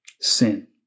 Sin